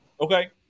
Okay